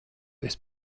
esi